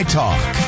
talk